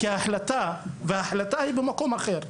וההחלטה היא במקום אחר.